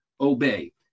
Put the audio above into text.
obey